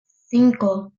cinco